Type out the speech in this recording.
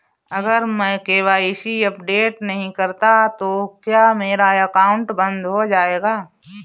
अगर मैं KYC update नहीं करता तो क्या मेरा अकाउंट बंद हो जाएगा?